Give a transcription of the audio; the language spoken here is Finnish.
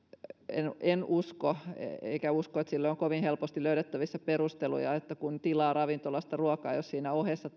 en en usko että sille on kovin helposti löydettävissä perusteluja että se millään tavalla alkoholiongelmaan vaikuttaisi jos tilatessaan ravintolasta ruokaa siinä ohessa